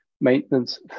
maintenance